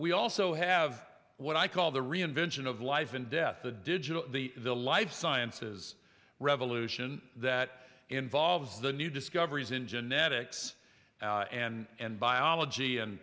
we also have what i call the reinvention of life and death the digital the life sciences revolution that involves the new discoveries in genetics and biology and